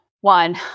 one